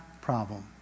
problem